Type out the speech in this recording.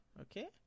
okay